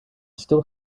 still